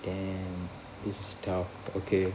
damn this is tough okay